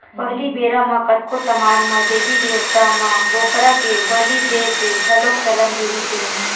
पहिली बेरा म कतको समाज म देबी देवता म बोकरा के बली देय के घलोक चलन रिहिस हे